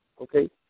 Okay